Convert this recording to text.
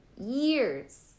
Years